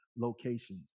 locations